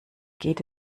geht